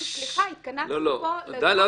סליחה, התכנסנו פה לדון בבעיה מאוד